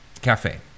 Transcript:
cafe